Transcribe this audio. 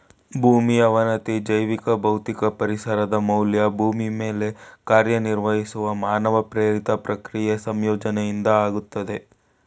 ಭೂಮಿ ಅವನತಿ ಜೈವಿಕ ಭೌತಿಕ ಪರಿಸರದ ಮೌಲ್ಯ ಭೂಮಿ ಮೇಲೆ ಕಾರ್ಯನಿರ್ವಹಿಸುವ ಮಾನವ ಪ್ರೇರಿತ ಪ್ರಕ್ರಿಯೆ ಸಂಯೋಜನೆಯಿಂದ ಆಗ್ತದೆ